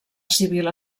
civil